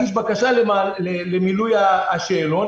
אני צריך להגיש בקשה למילוי השאלון.